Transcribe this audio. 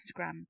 Instagram